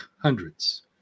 hundreds